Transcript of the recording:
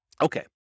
Okay